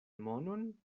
monon